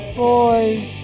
boys